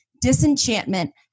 disenchantment